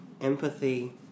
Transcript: empathy